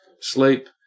sleep